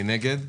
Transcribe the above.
מי נגד?